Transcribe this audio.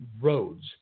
roads